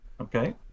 okay